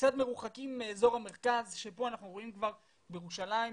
קצת מרוחקים מאזור המרכז בו אנחנו רואים כבר בירושלים,